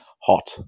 hot